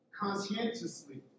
conscientiously